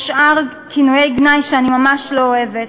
או שאר כינויי גנאי שאני ממש לא אוהבת.